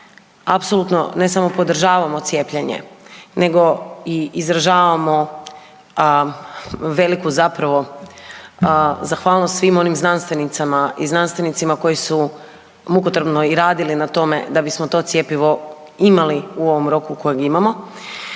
apsolutno ne samo podržavamo cijepljenje nego izražavamo veliku zapravo zahvalnost svim onim znanstvenicama i znanstvenicima koji su mukotrpno i radili na tome da bismo to cjepivo imali u ovom roku u kojem imamo